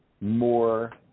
more